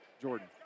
Jordan